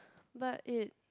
but it